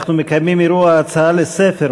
אנחנו מקיימים אירוע "הצעה לספר",